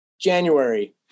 January